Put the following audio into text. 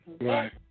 Right